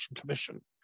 Commission